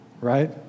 right